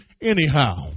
anyhow